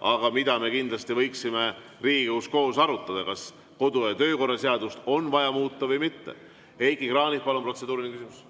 Aga me kindlasti võiksime seda Riigikogus koos arutada, kas kodu‑ ja töökorra seadust on vaja muuta või mitte. Heiki Kranich, palun! Protseduuriline küsimus.